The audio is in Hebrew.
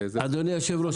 אין לי כאן את הנתונים האלה.